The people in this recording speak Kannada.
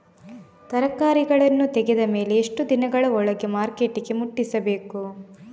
ತರಕಾರಿಗಳನ್ನು ತೆಗೆದ ಮೇಲೆ ಎಷ್ಟು ದಿನಗಳ ಒಳಗೆ ಮಾರ್ಕೆಟಿಗೆ ಮುಟ್ಟಿಸಬೇಕು?